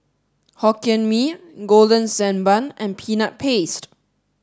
Hokkien Hee Holden Sand Bun and peanut paste